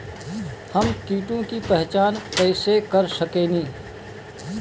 हम कीटों की पहचान कईसे कर सकेनी?